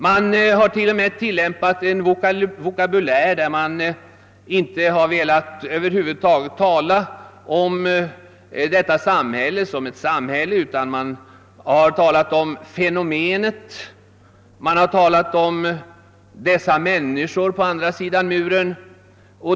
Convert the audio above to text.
Man har t.o.m. tillämpat en vokabulär som inneburit, att man över huvud taget inte har velat tala om detta samhälle som ett samhälle utan man har talat om »fenomenet», man har talat om »dessa människor på andra sidan muren», etc.